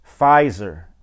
Pfizer